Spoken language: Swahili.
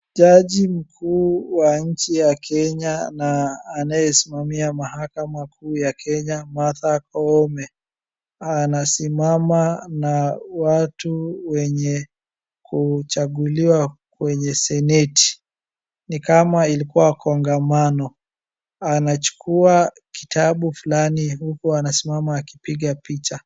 Jaji mkuu wa nchi ya Kenya na anayesimamia mahakama kuu ya Kenya, Martha Koome. Anasimama na watu wenye kuchaguliwa kwenye seneti. Ni kama ilikuwa kongamano. Anachukua kitabu fulani uku anasimama akipiga picha.